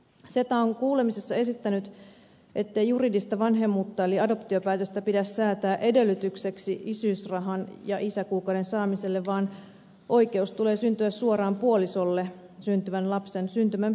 seta on kuulemisessa esittänyt ettei juridista vanhemmuutta eli adoptiopäätöstä pidä säätää edellytykseksi isyysrahan ja isäkuukauden saamiselle vaan oikeus tulee syntyä suoraan puolisolle syntyvän lapsen syntymän perusteella